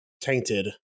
Tainted